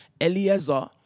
Eliezer